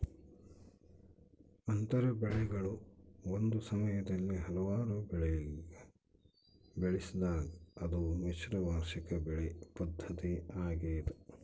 ಅಂತರ ಬೆಳೆಗಳು ಒಂದೇ ಸಮಯದಲ್ಲಿ ಹಲವಾರು ಬೆಳೆಗ ಬೆಳೆಸಿದಾಗ ಅದು ಮಿಶ್ರ ವಾರ್ಷಿಕ ಬೆಳೆ ಪದ್ಧತಿ ಆಗ್ಯದ